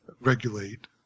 regulate